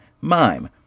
Mime